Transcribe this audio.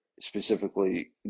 Specifically